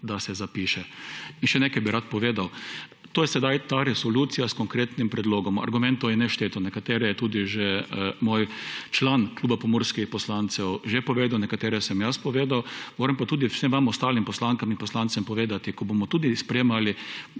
da se zapiše. In še nekaj bi rad povedal. To je sedaj ta resolucija s konkretnim predlogom, argumentov je nešteto, nekatere je tudi že moj član kluba pomurskih poslancev že povedal, nekatere sem jaz povedal, moram pa tudi vsem vam ostalim poslankam in poslancem povedati, ko bomo tudi sprejemali